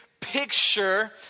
picture